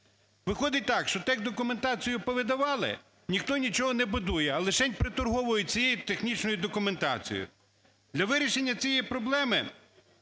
Виходить так, що техдокументацію повидавали – ніхто нічого не будує, а лишень приторговують цією технічною документацією. Для вирішення цієї